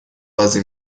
بازی